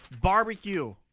Barbecue